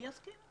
מי יסכים?